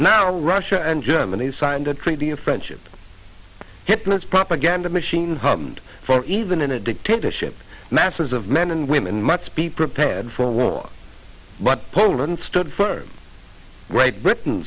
now russia and germany signed a treaty of friendship hipness propaganda machine for even in a dictatorship masses of men and women must be prepared for war but poland stood for great britain